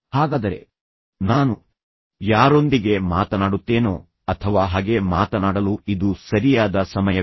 ಹಾಗಾದರೆ ನಾನು ಯಾರೊಂದಿಗೆ ಮಾತನಾಡುತ್ತೇನೋ ಅಥವಾ ಹಾಗೆ ಮಾತನಾಡಲು ಇದು ಸರಿಯಾದ ಸಮಯವೇ